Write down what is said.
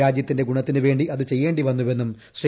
രാജ്യത്തിന്റെ ഗുണത്തിനുവേണ്ടി അത് ചെയ്യേണ്ടി വന്നുവെന്നും ശ്രീ